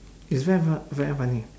it's very fun~ very funny